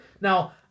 Now